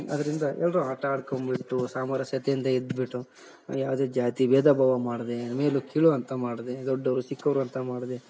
ಅದ್ರಿಂದ ಎಲ್ಲರೂ ಆಟ ಆಡ್ಕೋಂಬಿಟ್ಟು ಸಾಮರಸ್ಯದಿಂದ ಇದ್ಬಿಟ್ಟು ಯಾವುದೇ ಜಾತಿ ಭೇದ ಭಾವ ಮಾಡದೆ ಮೇಲು ಕೀಳು ಅಂತ ಮಾಡದೆ ದೊಡ್ಡವರು ಚಿಕ್ಕವರು ಅಂತ ಮಾಡದೆ